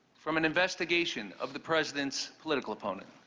from an investigation of the president's political opponent?